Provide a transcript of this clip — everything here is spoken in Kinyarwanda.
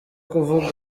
kuvuga